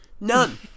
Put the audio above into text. None